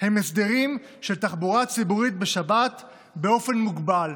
הם הסדרים של תחבורה ציבורית בשבת באופן מוגבל,